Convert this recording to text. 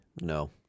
No